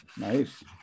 Nice